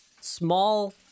small